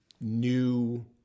new